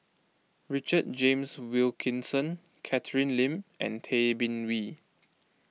Richard James Wilkinson Catherine Lim and Tay Bin Wee